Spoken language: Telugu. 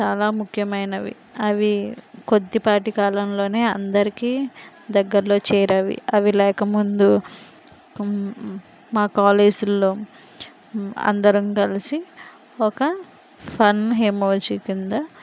చాలా ముఖ్యమైనవి అవి కొద్దిపాటి కాలంలోనే అందరికీ దగ్గరలో చేరేవి అవి లేకముందు మా కాలేజీ లో అందరం కలసి ఒక ఫన్ ఇమోజీ కింద